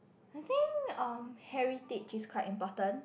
I think um heritage is quite important